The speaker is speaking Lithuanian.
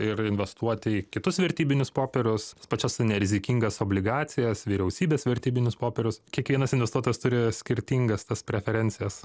ir investuoti į kitus vertybinius popierius pačias nerizikingas obligacijas vyriausybės vertybinius popierius kiekvienas investuotojas turi skirtingas tas preferencijas